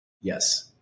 Yes